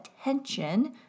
attention